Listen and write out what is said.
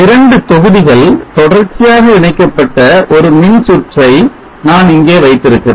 இரண்டு தொகுதிகள் தொடர்ச்சியாக இணைக்கப்பட்ட ஒரு மின்சுற்றை நான் இங்கே வைத்திருக்கிறேன்